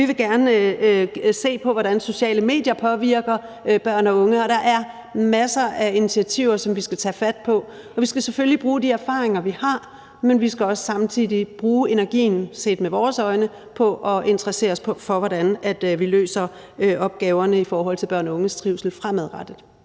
vi vil gerne se på, hvordan sociale medier påvirker børn og unge, og der er masser af initiativer, som vi skal tage fat på. Vi skal selvfølgelig bruge de erfaringer, vi har, men vi skal også samtidig bruge energien – set med vores øjne – på at interessere os for, hvordan vi løser opgaverne i forhold til børn og unges trivsel fremadrettet.